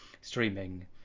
streaming